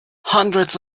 hundreds